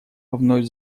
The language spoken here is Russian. вновь